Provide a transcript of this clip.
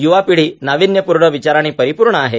युवा पिढी नाविन्यपूर्ण विचारांनी परिपूर्ण आहे